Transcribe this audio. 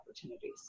opportunities